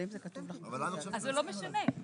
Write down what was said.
אז זה לא משנה.